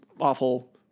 awful